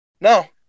No